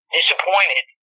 disappointed